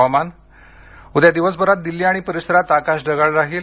हवामान उद्या दिवसभरांत दिल्ली आणि परिसरांत आकाश ढगाळ राहील